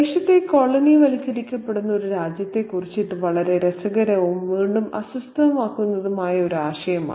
ദേശത്തെ കോളനിവൽക്കരിക്കുന്ന ഒരു രാജ്യത്തെക്കുറിച്ച് ഇത് വളരെ രസകരവും വീണ്ടും അസ്വസ്ഥമാക്കുന്നതുമായ ഒരു ആശയമാണ്